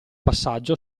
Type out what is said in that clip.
passaggio